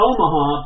Omaha